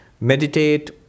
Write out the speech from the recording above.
meditate